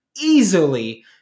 easily